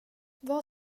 vad